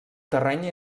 terreny